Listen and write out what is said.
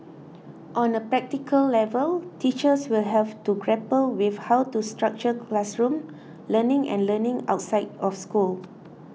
on a practical level teachers will have to grapple with how to structure classroom learning and learning outside of school